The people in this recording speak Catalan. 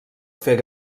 fer